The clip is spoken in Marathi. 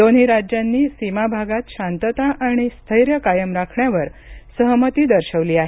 दोन्ही राज्यांनी सीमाभागात शांतता आणि स्थैर्य कायम राखण्यावर सहमती दर्शवली आहे